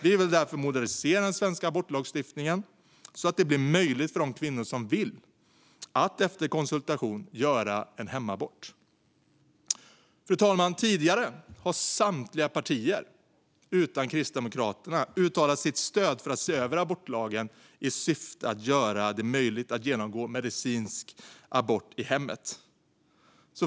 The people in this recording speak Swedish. Vi vill därför modernisera den svenska abortlagstiftningen så att det blir möjligt för de kvinnor som vill att, efter konsultation, göra en hemabort. Fru talman! Tidigare har samtliga partier utom Kristdemokraterna uttalat stöd för att se över abortlagen i syfte att göra det möjligt att genomgå medicinsk abort i hemmet.